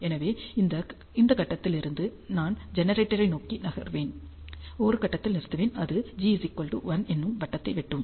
எனவே இந்த கட்டத்தில் இருந்து நான் ஜெனரேட்டரை நோக்கி நகர்வேன் ஒரு கட்டத்தில் நிறுத்துவேன் அது g 1 என்னும் வட்டத்தை வெட்டும்